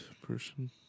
person